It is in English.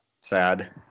sad